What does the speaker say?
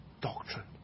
doctrine